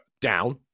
down